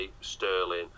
Sterling